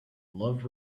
love